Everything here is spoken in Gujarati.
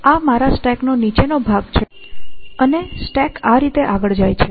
આ મારા સ્ટેક નો નીચે નો ભાગ છે અને સ્ટેક આ રીતે આગળ જાય છે